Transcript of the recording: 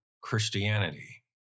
Christianity